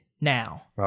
now